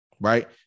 right